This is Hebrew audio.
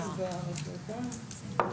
בבקשה.